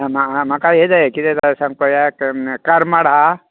म्हा म्हाका हें जाय कितें जाय सांग पळोवया करमाट आसा